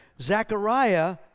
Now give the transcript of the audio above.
Zechariah